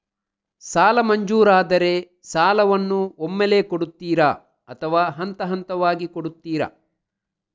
ಸಾಲ ಮಂಜೂರಾದರೆ ಸಾಲವನ್ನು ಒಮ್ಮೆಲೇ ಕೊಡುತ್ತೀರಾ ಅಥವಾ ಹಂತಹಂತವಾಗಿ ಕೊಡುತ್ತೀರಾ?